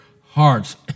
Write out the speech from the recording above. hearts